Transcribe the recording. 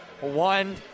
one